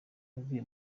yavuye